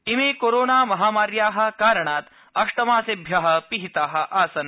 इमे कोरोनामहामार्याः कारणात् अष्टमासेभ्यः पिहिताः आसन्